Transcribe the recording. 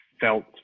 felt